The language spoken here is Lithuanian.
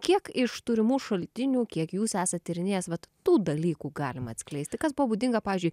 kiek iš turimų šaltinių kiek jūs esat tyrinėjęs vat tų dalykų galima atskleisti kas buvo būdinga pavyzdžiui